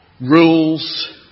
rules